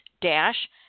dash